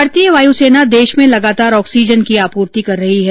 भारतीय वायुसेना देश में लगातार ऑक्सीजन की आपूर्ति कर रही है